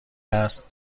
است